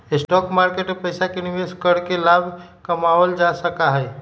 stock market में पैसे के निवेश करके लाभ कमावल जा सका हई